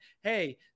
hey